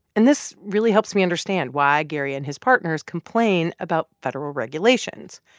and this really helps me understand why gary and his partners complain about federal regulations